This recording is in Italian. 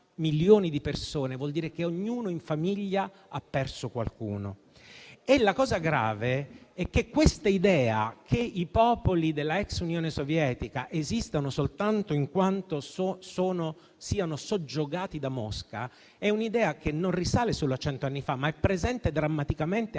milioni di persone, vuol dire che ognuno in famiglia ha perso qualcuno. La cosa grave è che questa idea che i popoli della ex Unione Sovietica esistono soltanto in quanto soggiogati da Mosca non risale a cento anni fa, ma è presente drammaticamente anche oggi.